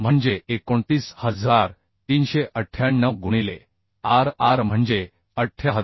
म्हणजे 29398 गुणिले r r म्हणजे 78